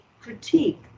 critique